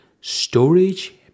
storage